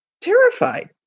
terrified